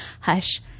hush